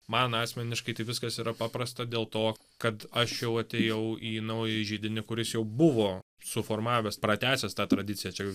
man asmeniškai tai viskas yra paprasta dėl to kad aš jau atėjau į naująjį židinį kuris jau buvo suformavęs pratęsęs tą tradiciją čia